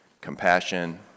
compassion